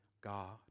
God